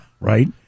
Right